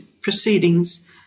proceedings